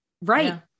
Right